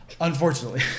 unfortunately